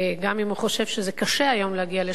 גם אם הוא חושב שזה קשה היום להגיע לשלום,